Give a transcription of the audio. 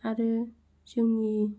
आरो जोंनि